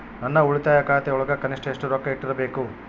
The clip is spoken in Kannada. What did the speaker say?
ನನ್ನ ಉಳಿತಾಯ ಖಾತೆಯೊಳಗ ಕನಿಷ್ಟ ಎಷ್ಟು ರೊಕ್ಕ ಇಟ್ಟಿರಬೇಕು?